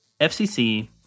FCC